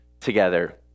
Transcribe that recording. together